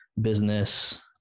business